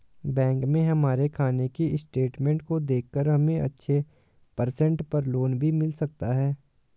bank में हमारे खाने की स्टेटमेंट को देखकर हमे अच्छे परसेंट पर लोन भी मिल सकता है